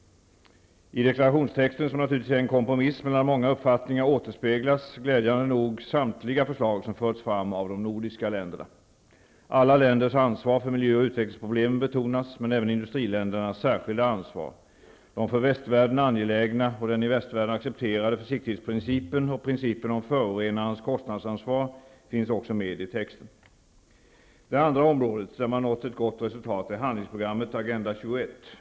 I deklarationstexten, som naturligtvis är en kompromiss mellan många uppfattningar, återspeglas glädjande nog samtliga förslag som förts fram av de nordiska länderna. Alla länders ansvar för miljö och utvecklingsproblemen betonas, men även industriländernas särskilda ansvar. De för västvärlden angelägna och den i västvärlden accepterade försiktighetsprincipen och principen om förorenarens kostnadsansvar finns också med i texten. Det andra området där man nått ett gott resultat är handlingsprogrammet -- Agenda 21.